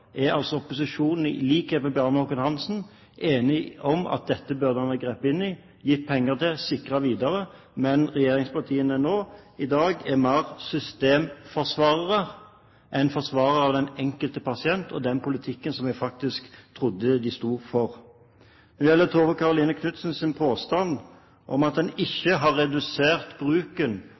er altså opposisjonen – i likhet med Bjarne Håkon Hanssen – enig om at dette burde man ha grepet inn i, gitt penger til og sikret videre. Men regjeringspartiene er i dag mer systemforsvarere enn forsvarere av den enkelte pasient og den politikken vi faktisk trodde de sto for. Når det gjelder Tove Karoline Knutsens påstand om at en ikke har redusert bruken